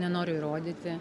nenoriu įrodyti